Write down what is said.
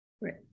Right